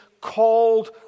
called